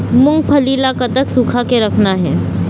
मूंगफली ला कतक सूखा के रखना हे?